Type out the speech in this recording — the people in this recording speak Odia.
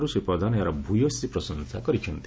ରୁ ଶ୍ରୀ ପ୍ରଧାନ ଏହାର ଭୂୟସୀ ପ୍ରଶଂସା କରିଛନ୍ତି